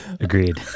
Agreed